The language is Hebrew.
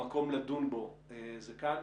המקום לדון בו זה כאן.